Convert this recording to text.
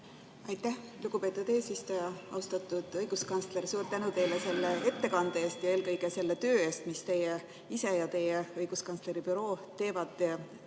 Aitäh, lugupeetud eesistuja! Austatud õiguskantsler! Suur tänu teile selle ettekande eest ja eelkõige selle töö eest, mida teie ise teete ja teie õiguskantsleri büroo teeb,